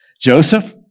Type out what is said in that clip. Joseph